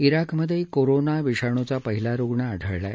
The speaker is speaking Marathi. इराकमधे कोरोना विषाणूचा पहिला रुग्ण आढळला आहे